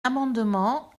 amendement